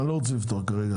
אני לא רוצה לפתוח כרגע.